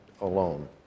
alone